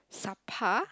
sapa